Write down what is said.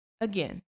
Again